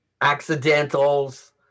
accidentals